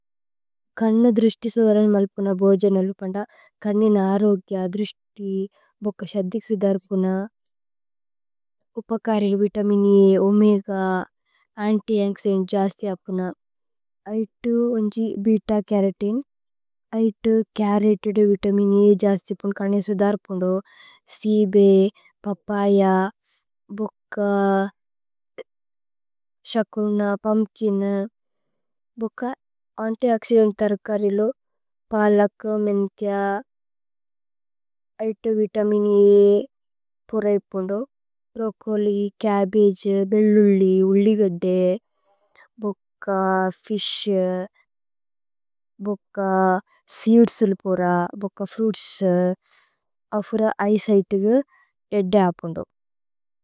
കന്ന ദ്രിശ്തി സുധരന് മല്പുന ബോജന। ലുപന്ദ കന്നിന അരോഗ്യ। ദ്രിശ്തി ബുക്ക ശദ്ദിക് സുധരപുന। ഉപകരില് വിതമിന് അ ഓമേഗ അന്തി। അന്ക്സിനേ ജസ്ഥി അപുന ഐതു ഉന്ജി। ബേത ചരോതേനേ ഐതു കരതിദ് വിതമിനേ അ। ജസ്ഥിപുന് കന്ന സുധരപുന്ദോ ഛ്ഭ് പപയ। ബുക്ക ശകുന പുമ്കിനു ഭുക്ക। അന്തി ഓക്സിദന്ത് തര്കരിലു പലക്കു മേന്ഥ്യ। ഐതു വിതമിനേ അ പുരൈപുന്ദു। ഭ്രോച്ചോലി ചബ്ബഗേ, ബേല്ലുല്ലി, ഉന്ജിഗദ്ദേ। ഭുക്ക ഫിശ് ബുക്ക സീദ്സുല് പുര ബുക്ക। ഫ്രുഇത്സ് അഫുര ഏയേസിഘ്തിഗു ഏദ്ദപുന്ദു।